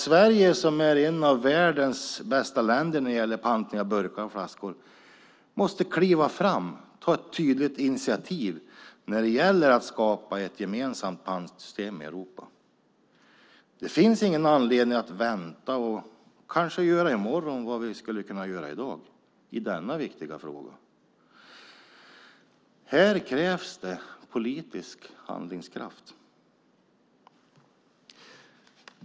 Sverige, som är ett av världens bästa länder när det gäller pantning av burkar och flaskor, måste kliva fram och ta ett tydligt initiativ när det gäller att skapa ett gemensamt pantsystem i Europa. Det finns ingen anledning att vänta och kanske göra i morgon vad vi skulle kunna göra i dag i denna viktiga fråga. Här krävs politisk handlingskraft.